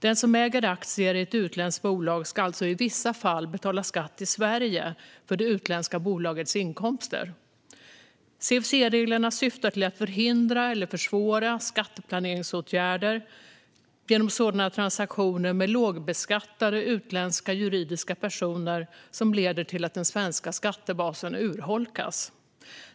Den som äger aktier i ett utländskt bolag ska alltså i vissa fall betala skatt i Sverige för det utländska bolagets inkomster. CFC-reglerna syftar till att förhindra eller försvåra skatteplaneringsåtgärder genom sådana transaktioner med lågbeskattade utländska juridiska personer som leder till att den svenska skattebasen urholkas.